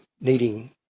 needing